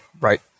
right